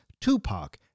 Tupac